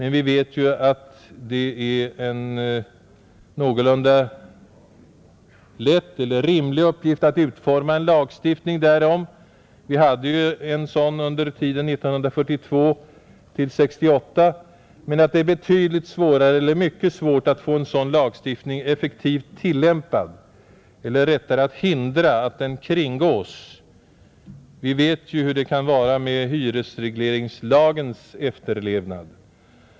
Det är en någorlunda rimlig uppgift att utforma en lagstiftning härom — vi hade ju en sådan under tiden 1942—1968 — men det är mycket svårt att få en sådan lagstiftning effektivt tillämpad, eller rättare sagt att hindra att den kringgås. Vi vet hur det kan vara med hyresregleringslagens efterlevnad.